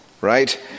right